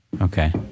Okay